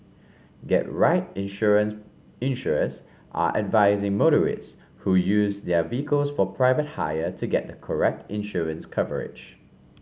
get right insurance insurers are advising motorists who use their vehicles for private hire to get the correct insurance coverage